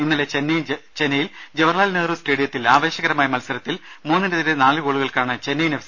ഇന്നലെ ചെന്നൈ ജവഹർലാൽ നെഹ്റു സ്റ്റേഡിയത്തിൽ ആവേശകരമായ മത്സരത്തിൽ മൂന്നിനെതിരെ നാല് ഗോളുകൾക്കാണ് ചെന്നൈയിൻ എഫ്